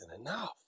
enough